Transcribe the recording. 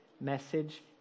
message